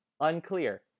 Unclear